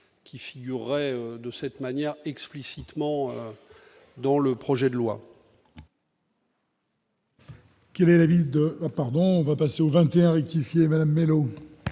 qui figuraient de cette manière explicitement dans le projet de loi.